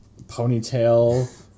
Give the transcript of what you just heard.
ponytail